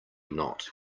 not